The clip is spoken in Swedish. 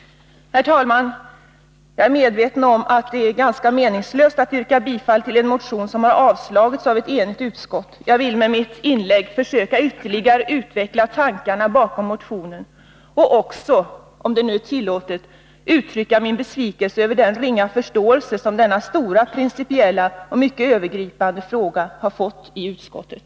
Herr talman! Jag är medveten om att det är ganska meningslöst att yrka bifall till en motion som har avstyrkts av ett enigt utskott. Jag ville med mitt inlägg försöka ytterligare utveckla tankarna bakom motionen och också —om det nu är tillåtet — uttrycka min besvikelse över den ringa förståelse som denna stora, principiella och mycket övergripande fråga har fått i utskottet.